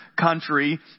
country